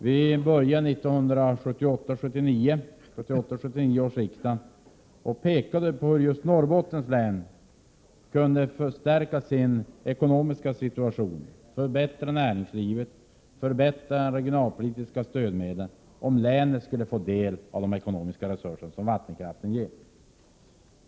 Vi började vid 1978/79 års riksdag att peka på hur just Norrbottens län kunde förstärka sin ekonomiska situation, förbättra näringslivet och förbättra de regionalpolitiska stödmedlen, om länet kunde få del av de ekonomiska resurser som vattenkraften ger.